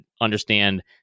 understand